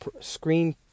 screen